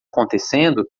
acontecendo